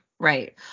Right